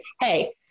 hey